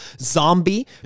Zombie